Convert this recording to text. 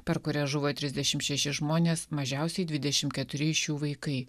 per kurias žuvo trisdešim šeši žmonės mažiausiai dvidešim keturi iš jų vaikai